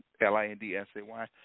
L-I-N-D-S-A-Y